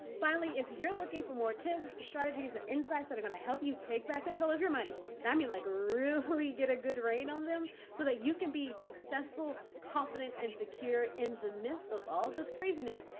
finally, if you're looking for more tips, strategies, and insights that are going to help you take back control of your money, and i mean like really get a good reign on them so that you can be successful, confident, and secure in the midst of all this craziness,